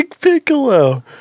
Piccolo